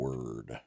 Word